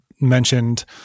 Mentioned